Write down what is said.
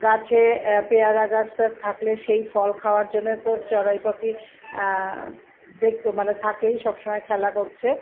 গাছে পেয়ারা গাছটাছ থাকলে সেই ফল খাওয়ার জন্যে তো চড়াই পাখি দেখতে মানে থাকেই সব সময় খেলা করছে